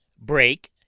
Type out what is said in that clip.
break